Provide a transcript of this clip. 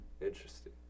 Interesting